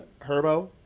Herbo